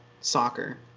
soccer